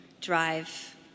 drive